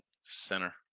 Center